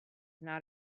not